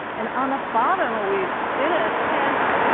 and on the bottom, we did a test,